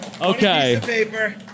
Okay